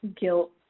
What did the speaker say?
guilt